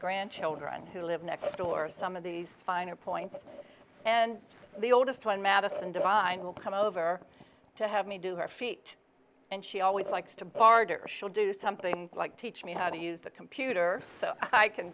grandchildren who live next door some of these finer points and the oldest one madison divine will come over to have me do her feet and she always likes to barter or she'll do something like teach me how to use the computer so i can